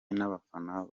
n’abafana